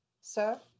sir